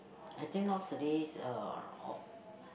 I think nowadays uh all